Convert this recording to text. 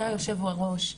היה יושב הראש,